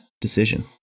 decision